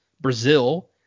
Brazil